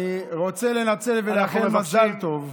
אני רוצה לנצל ולאחל מזל טוב,